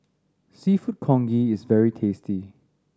Seafood Congee is very tasty